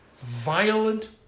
Violent